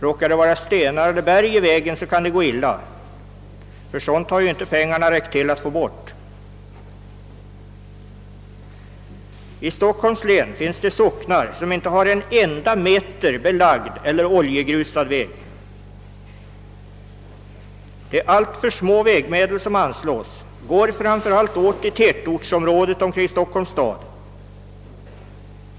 Råkar det vara stenar eller berg i vägen kan det gå illa, ty pengarna har inte räckt till för att undanskaffa sådant. I Stockholms län finns det socknar som inte har en enda meter belagd eller oljegrusad väg. De alltför små vägmedel som anslås går framför allt åt i tätortsområdet kring Stockholms stad.